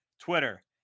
Twitter